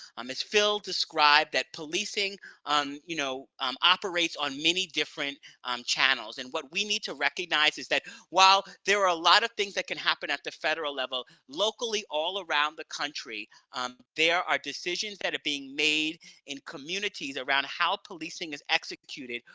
um as phil described, policing you know um operates on many different um channels. and what we need to recognize is that while there are a lot of things that can happen at the federal level, locally all around the country um there are decisions that are being made in communities around how policing is executed,